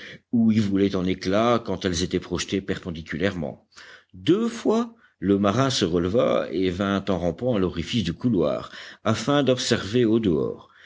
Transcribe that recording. ou y volaient en éclats quand elles étaient projetées perpendiculairement deux fois le marin se releva et vint en rampant à l'orifice du couloir afin d'observer au dehors